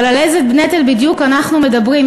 אבל על איזה נטל בדיוק אנחנו מדברים?